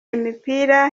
imipira